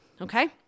Okay